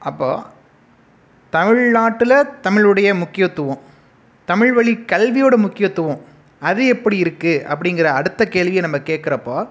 அப்போ தமிழ்நாட்டில் தமிழுடைய முக்கியத்துவம் தமிழ்வழி கல்வியோட முக்கியத்துவம் அது எப்படி இருக்கு அப்படிங்குற அடுத்த கேள்வியை நம்ம கேட்குறப்போ